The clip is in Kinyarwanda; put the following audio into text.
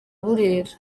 burera